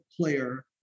player